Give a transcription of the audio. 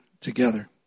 together